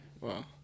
Wow